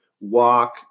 walk